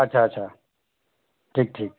ଆଚ୍ଛା ଆଚ୍ଛା ଠିକ୍ ଠିକ୍